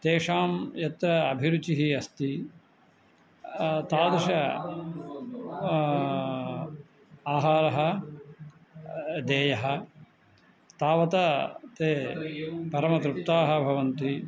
तेषां यत्र अभिरुचिः अस्ति तादृशः आहारः देयः तावत् ते परमतृप्ताः भवन्ति